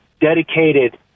dedicated